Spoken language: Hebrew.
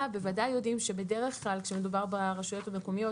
בוודאי יודעים שכשמדובר ברשויות המקומיות,